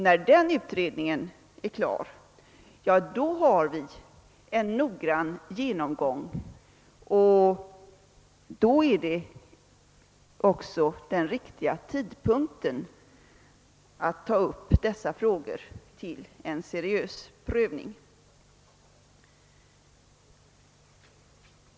När den utredningen är klar har vi fått en noggrann genomgång, och då är också tidpunkten den rätta att ta upp dessa frågor till en seriös prövning.